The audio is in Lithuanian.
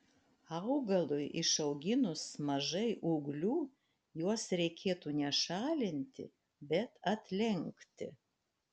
augalui išauginus mažai ūglių juos reikėtų ne šalinti bet atlenkti